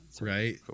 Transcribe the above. Right